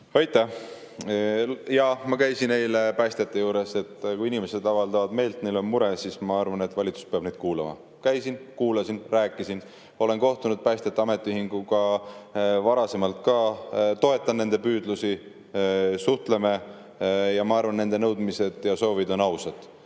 Aitäh! Jaa, ma käisin eile päästjate juures. Kui inimesed avaldavad meelt, neil on mure, siis ma arvan, et valitsus peab kuulama. Käisin, kuulasin, rääkisin. Olen kohtunud päästjate ametiühinguga ka varasemalt, ma toetan nende püüdlusi, me suhtleme. Ja ma arvan, et nende nõudmised ja soovid on ausad.